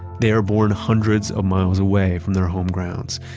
they are born hundreds of miles away from their home grounds,